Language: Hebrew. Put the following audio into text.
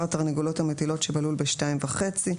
התרנגולות המטילות שבלול בשתיים וחצי.